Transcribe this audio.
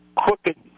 Crooked